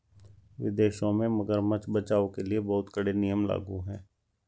विदेशों में मगरमच्छ बचाओ के लिए बहुत कड़े नियम लागू हैं